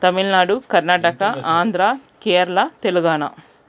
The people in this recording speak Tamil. தமிழ்நாடு கர்நாடகா ஆந்திரா கேரளா தெலுங்கானா